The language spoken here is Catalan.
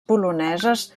poloneses